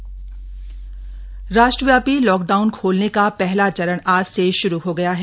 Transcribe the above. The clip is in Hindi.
अनलॉक फेज वन राष्ट्रव्यापी लॉकडाउन खोलने का पहला चरण आज से शुरू हो गया है